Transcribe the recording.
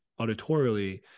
auditorially